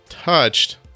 Touched